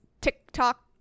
TikTok